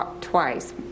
twice